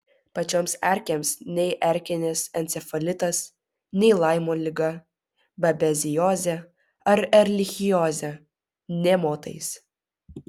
pačioms erkėms nei erkinis encefalitas nei laimo liga babeziozė ar erlichiozė nė motais